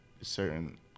certain